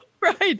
right